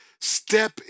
step